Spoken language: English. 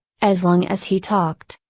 as long as he talked,